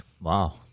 Wow